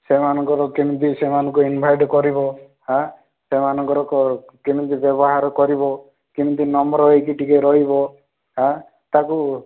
ସେମାନଙ୍କର କେମିତି ସେମାନଙ୍କୁ ଇନଭାଇଟ୍ କରିବ ହାଁ ସେମାନଙ୍କର କ କେମିତି ବ୍ୟବହାର କରିବ କେମିତି ନମ୍ର ହେଇକି ଟିକେ ରହିବ ହାଁ ତା'କୁ